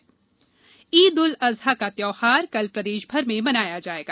ईद ईद उल जुहा का त्योहार कल प्रदेश भर में मनाया जायेगा